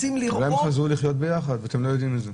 אולי הם חזרו לחיות יחד ואתם לא יודעים את זה.